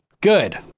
Good